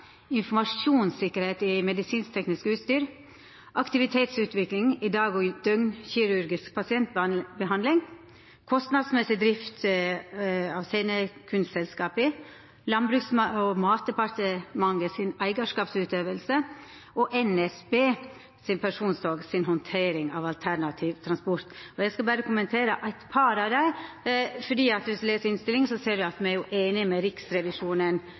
informasjonssikkerheit i medisinsk-teknisk utstyr, på aktivitetsutvikling innan dag- og døgnkirurgisk pasientbehandling, på kostnadsmessig drift av scenekunstselskapa, på Landbruks- og matdepartementet si eigarskapsutøving og på NSB Persontog si handtering av alternativ transport. Eg skal berre kommentera eit par av desse, for dersom ein les innstillinga, ser ein at me er einige med Riksrevisjonen